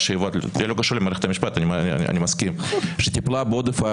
אני חייב לצאת לכמה דקות.